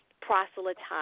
proselytize